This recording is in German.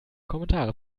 kommentare